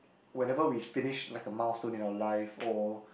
whenever we finish like a milestone in our life or